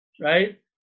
right